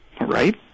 Right